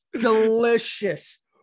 Delicious